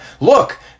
Look